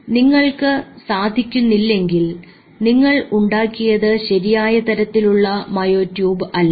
അതിന് നിങ്ങൾക്ക് സാധിക്കുന്നില്ലെങ്കിൽ നിങ്ങൾ ഉണ്ടാക്കിയത് ശരിയായ തരത്തിലുള്ള മയോ ട്യൂബ് അല്ല